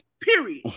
Period